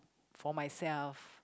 for myself